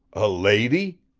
a lady?